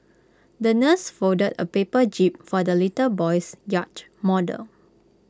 the nurse folded A paper jib for the little boy's yacht model